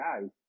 guys